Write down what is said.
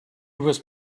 was